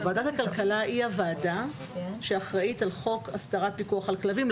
ועדת הכלכלה היא הוועדה שאחראית על חוק הסדרת פיקוח על כלבים,